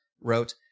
wrote